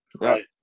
Right